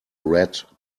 red